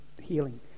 healing